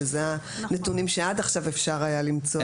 שזה הנתונים שעד עכשיו אפשר היה למצוא.